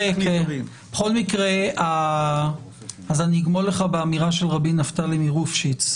אז אני אגמול לך באמירה של רבי נפתלי מרופשיץ,